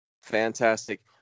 Fantastic